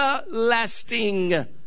everlasting